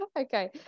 Okay